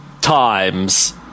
times